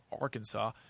Arkansas